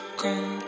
come